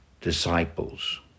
disciples